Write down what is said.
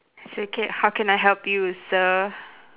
so K how can I help you sir